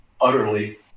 utterly